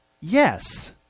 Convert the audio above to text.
yes